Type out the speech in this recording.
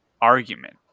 argument